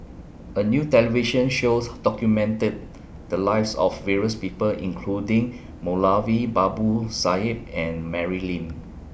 A New television shows documented The Lives of various People including Moulavi Babu Sahib and Mary Lim